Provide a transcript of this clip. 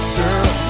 girl